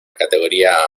categoría